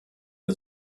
der